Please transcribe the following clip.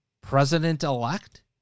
president-elect